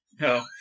No